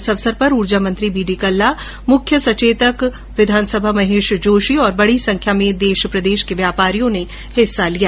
इस अवसर पर ऊर्जा मंत्री बी ड़ी कल्ला मुख्य सचेतक महेश जोशी और बड़ी संख्या में देश प्रदेश के व्यापारियों ने भाग लिया